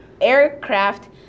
aircraft